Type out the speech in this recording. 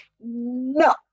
No